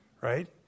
right